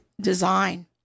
design